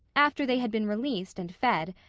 after they had been released and fed,